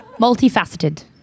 Multifaceted